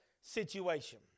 situation